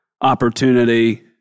opportunity